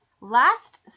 Last